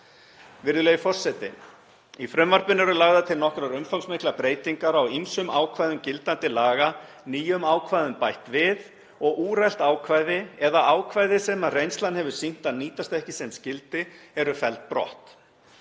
Virðulegi forseti. Í frumvarpinu eru lagðar til nokkuð umfangsmiklar breytingar á ýmsum ákvæðum gildandi laga, nýjum ákvæðum bætt við og úrelt ákvæði eða ákvæði sem reynslan hefur sýnt að nýtast ekki sem skyldi eru felld brott.